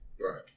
Right